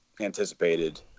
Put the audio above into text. anticipated